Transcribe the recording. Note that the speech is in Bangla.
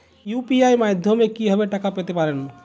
ইউ.পি.আই মাধ্যমে কি ভাবে টাকা পেতে পারেন?